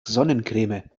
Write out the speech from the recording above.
sonnencreme